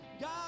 God